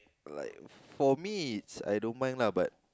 like for me it's I don't mind lah but